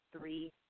three